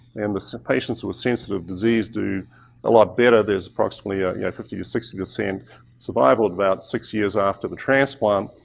and the so patients with sensitive disease do a lot better. there's approximately a yeah fifty percent to sixty percent survival at about six years after the transplant,